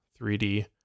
3D